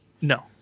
no